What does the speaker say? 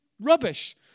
rubbish